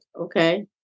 okay